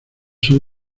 son